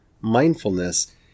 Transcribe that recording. mindfulness